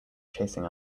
chasing